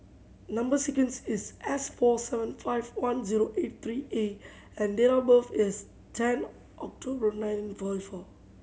number sequence is S four seven five one zero eight three A and date of birth is ten October nineteen forty four